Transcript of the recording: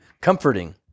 comforting